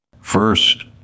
first